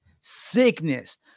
Sickness